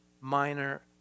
minor